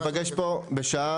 (הישיבה נפסקה בשעה